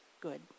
good